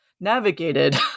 navigated